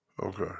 Okay